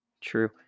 True